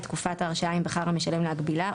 את תקופת ההרשאה אם בחר המשלם להגבילה,